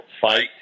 fight